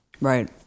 Right